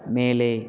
மேலே